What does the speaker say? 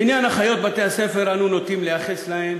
בעניין אחיות בתי-הספר אנו נוטים לייחס להן